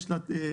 יש לה תחנה.